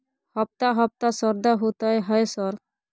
हफ्ता हफ्ता शरदा होतय है सर?